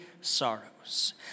sorrows